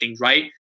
right